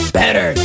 better